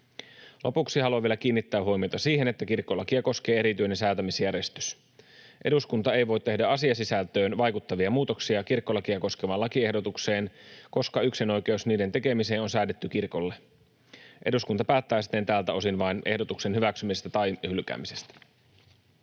Lopuksi haluan vielä kiinnittää huomiota siihen, että kirkkolakia koskee erityinen säätämisjärjestys. Eduskunta ei voi tehdä asiasisältöön vaikuttavia muutoksia kirkkolakia koskevaan lakiehdotukseen, koska yksinoikeus niiden tekemiseen on säädetty kirkolle. Eduskunta päättää siten tältä osin vain ehdotuksen hyväksymisestä tai hylkäämisestä.